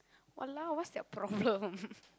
!walao! what's their problem